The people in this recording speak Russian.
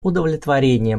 удовлетворением